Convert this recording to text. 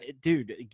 dude